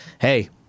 hey